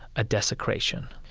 a desecration.